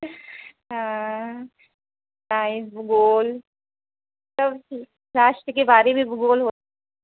हाँ साइंस भूगोल सब राष्ट्र के बारे में भूगोल हो